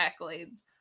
accolades